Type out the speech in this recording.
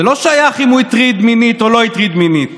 זה לא שייך אם הוא הטריד מינית או לא הטריד מינית.